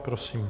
Prosím.